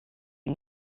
you